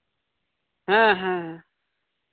ᱦᱮᱸ ᱦᱮᱸ